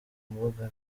mbuga